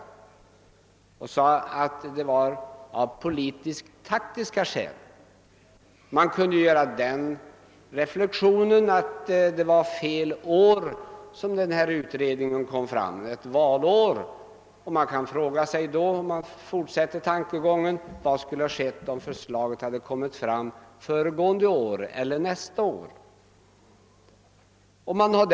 Tidningen menade att detta hade gjorts av politiskt-taktiska skäl. Man kunde göra den reflexionen att denna utrednings förslag framlades vid fel tidpunkt, nämligen ett valår. Vad skulle ha skett om förslaget i stället skulle ha förts fram föregående år eller nästa år? Herr talman!